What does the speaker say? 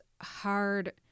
hard